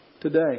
today